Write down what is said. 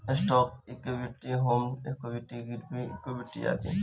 stock equity, home equity, गिरवी equity आदि